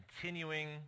continuing